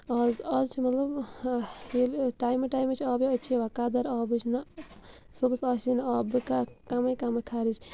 آز آز چھُ مطلب ییٚلہِ ٹایمہٕ ٹایمہٕ چھِ آب یِوان اَتہِ چھِ یِوان قَدٕر آبٕچ نہ صُبحس آسے نہٕ آب بہٕ کرٕ کَمٕے کَمٕے خرٕچ